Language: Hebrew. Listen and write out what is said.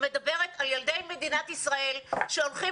שמדברת על ילדי מדינת ישראל שהולכות